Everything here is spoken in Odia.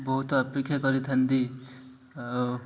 ବହୁତ ଅପେକ୍ଷା କରିଥାନ୍ତି ଆଉ